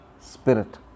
spirit